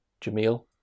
Jamil